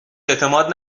اعتماد